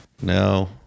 No